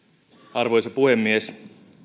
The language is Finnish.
arvoisa puhemies